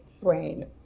brain